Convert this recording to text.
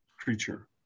creature